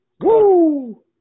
Woo